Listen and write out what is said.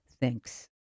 thinks